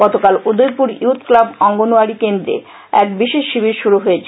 গতকাল Udaipur youth club anganwadi কেন্দ্র এক বিশেষ শিবির শুরু হয়েছে